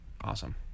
Awesome